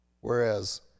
Whereas